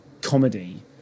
comedy